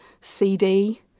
CD